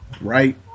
right